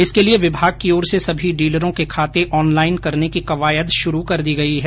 इसके लिए विभाग की ओर से सभी डीलरों के खाते ऑनलाइन करने की कवायद शुरू कर दी गई है